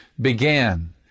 began